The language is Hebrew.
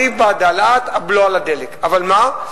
אני בעד העלאת הבלו על הדלק, אבל מה?